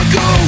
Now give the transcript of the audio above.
go